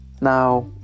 Now